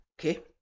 Okay